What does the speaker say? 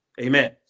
Amen